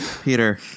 Peter